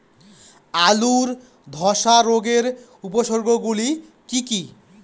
আলুর ধ্বসা রোগের উপসর্গগুলি কি কি?